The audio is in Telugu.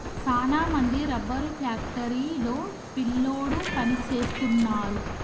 సాన మంది రబ్బరు ఫ్యాక్టరీ లో పిల్లోడు పని సేస్తున్నారు